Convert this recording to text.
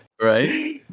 right